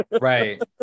Right